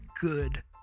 good